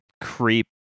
creep